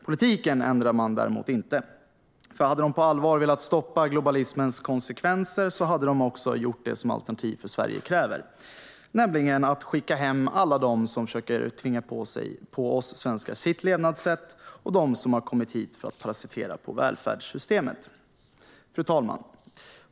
Politiken ändrar de däremot inte. Hade de på allvar velat stoppa globalismens konsekvenser hade de gjort det som Alternativ för Sverige kräver, nämligen att skicka hem alla dem som försöker tvinga på oss svenskar sitt levnadssätt och dem som har kommit hit för att parasitera på välfärdssystemet. Fru talman!